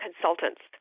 consultants